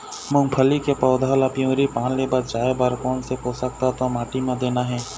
मुंगफली के पौधा ला पिवरी पान ले बचाए बर कोन से पोषक तत्व माटी म देना हे?